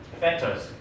factors